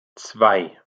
zwei